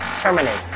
terminate